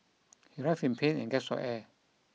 he writhed in pain and gasped for air